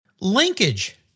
Linkage